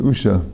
Usha